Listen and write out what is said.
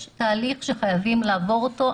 יש תהליך שחייבים לעבור אותו,